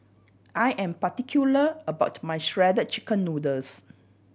I am particular about my Shredded Chicken Noodles